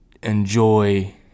Enjoy